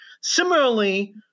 Similarly